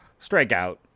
strikeout